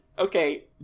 Okay